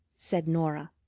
said norah,